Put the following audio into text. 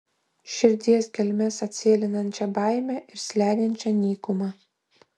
širdies gelmes atsėlinančią baimę ir slegiančią nykumą